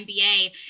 nba